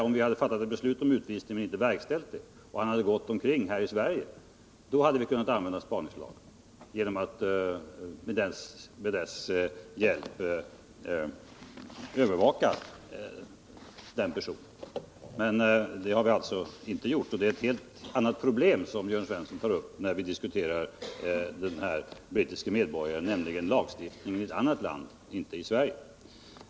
Om vi hade fattat beslut om utvisning men inte verkställt det utan han hade gått omkring här i Sverige, då hade vi kunnat använda spaningslagen för att med dess hjälp övervaka honom. Men det har vi alltså inte gjort. Det är ett helt annat problem som Jörn Svensson tar upp när han diskuterar denne brittiske medborgare, nämligen lagstiftningen i ett annat land, i England.